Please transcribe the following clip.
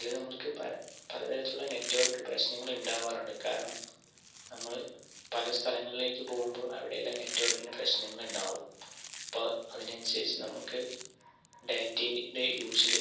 ഇതിൽ നമ്മൾക്ക് പല പലതരത്തിലുള്ള നെറ്റ്വർക്ക് പ്രശ്നങ്ങൾ ഉണ്ടാവാറുണ്ട് കാരണം നമ്മൾ പല സ്ഥലങ്ങളിലേക്ക് പോകുമ്പോൾ അവിടെയെല്ലാം നെറ്റ്വർക്കിൻ്റെ പ്രശ്നങ്ങൾ ഉണ്ടാവും അപ്പോൾ അതിനനുസരിച്ച് നമുക്ക് ഡാറ്റയുടെ യൂസിൽ